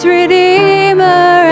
Redeemer